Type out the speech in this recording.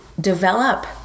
develop